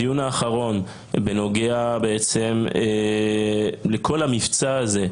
בדיון האחרון בנוגע לכל המבצע הזה,